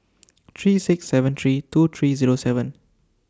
three six seven three two three Zero seven